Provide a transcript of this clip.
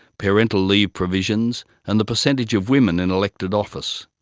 parental leave provisions and the percentage of women in elected office,